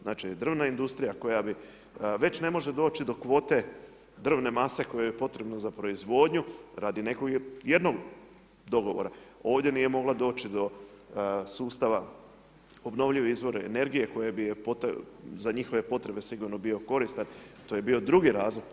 Znači državna industrija koja bi, već ne može doći do kvote drvne mase koja joj je potrebna za proizvodnju radi jednog dogovora, ovdje nije mogla doći do sustava obnovljivih izvora energije koji bi za njihove potrebe sigurno bio koristan, to je bio drugi razlog.